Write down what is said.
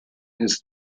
his